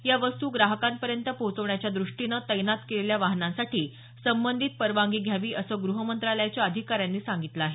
या वस्तू ग्राहकांपर्यंत पोहोचवण्याच्या द्रष्टीनं तैनात केलेल्या वाहनांसाठी संबंधित परवानगी घ्यावी असं गृहमंत्रालयाच्या अधिकाऱ्यांनी सांगितलं आहे